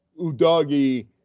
Udagi